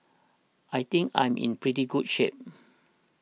I think I'm in pretty good shape